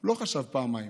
הוא לא חשב פעמיים.